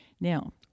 Now